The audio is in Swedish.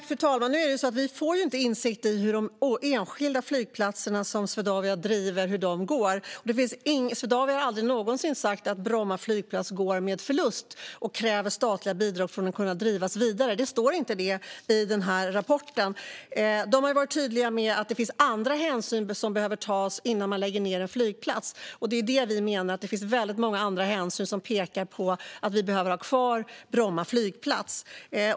Fru talman! Nu är det så att vi inte får insikt i hur det går för de enskilda flygplatser som Swedavia driver. Swedavia har aldrig någonsin sagt att Bromma flygplats går med förlust och kräver statliga bidrag för att kunna drivas vidare. Det står inte så i rapporten. De har varit tydliga med att det finns andra hänsyn som behöver tas innan man lägger ned en flygplats, och det är det vi menar. Det finns väldigt många andra hänsyn som pekar på att vi behöver ha kvar Bromma flygplats.